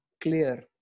clear